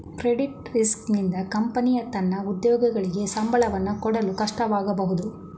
credit risk ನಿಂದ company ತನ್ನ ಉದ್ಯೋಗಿಗಳಿಗೆ ಸಂಬಳವನ್ನು ಕೊಡಲು ಕಷ್ಟವಾಗಬಹುದು